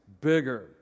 bigger